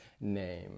name